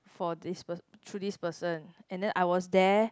for this pers~ through this person and then I was there